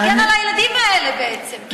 להגן על הילדים האלה בעצם,